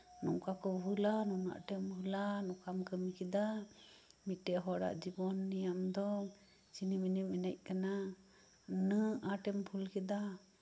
ᱱᱚᱝᱠᱟ ᱠᱚ ᱵᱷᱩᱞᱼᱟ ᱱᱩᱱᱟᱹᱜ ᱟᱸᱴᱮᱢ ᱵᱷᱩᱞᱟ ᱱᱚᱝᱠᱟᱢ ᱠᱟᱹᱢᱤ ᱠᱮᱫᱟ ᱢᱤᱫᱴᱟᱱ ᱦᱚᱲᱟᱜ ᱡᱤᱵᱚᱱ ᱱᱤᱭᱮ ᱟᱢ ᱫᱚ ᱪᱷᱤᱱᱤᱢᱤᱱᱤᱢ ᱮᱱᱮᱡ ᱠᱟᱱᱟ ᱱᱩᱱᱟᱹᱜ ᱟᱸᱴᱮᱢ ᱵᱷᱩᱞ ᱠᱮᱫᱟ